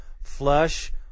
flush